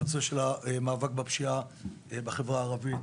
בנושא המאבק בפשיעה בחברה הערבית,